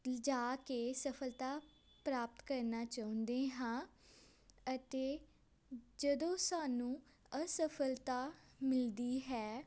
ਲਿਜਾ ਕੇ ਸਫਲਤਾ ਪ੍ਰਾਪਤ ਕਰਨਾ ਚਾਹੁੰਦੇ ਹਾਂ ਅਤੇ ਜਦੋਂ ਸਾਨੂੰ ਅਸਫਲਤਾ ਮਿਲਦੀ ਹੈ